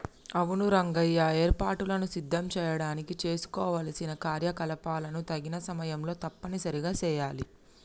అవును రంగయ్య ఏర్పాటులను సిద్ధం చేయడానికి చేసుకోవలసిన కార్యకలాపాలను తగిన సమయంలో తప్పనిసరిగా సెయాలి